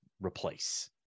replace